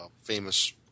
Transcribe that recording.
famous